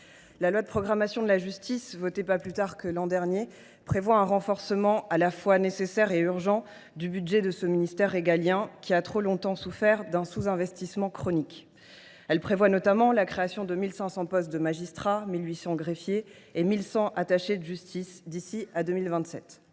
et de programmation du ministère de la justice, votée pas plus tard que l’an dernier, prévoit un renforcement, qui est à la fois nécessaire et urgent, du budget de ce ministère régalien, qui a trop longtemps souffert d’un sous investissement chronique. Elle prévoit notamment la création de 1 500 postes de magistrats, de 1 800 postes de greffiers et de 1 100 postes d’attachés de justice d’ici à 2027.